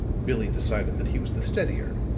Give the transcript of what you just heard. billie decided that he was the steadier,